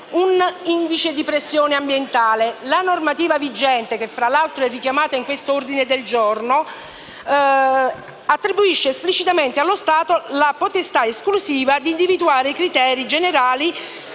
un indice di pressione ambientale. La normativa vigente, tra l'altro richiamata in questo ordine del giorno, attribuisce esplicitamente allo Stato la potestà esclusiva di individuare i criteri generali